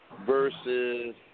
versus